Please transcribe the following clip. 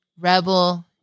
rebel